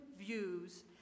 views